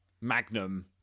Magnum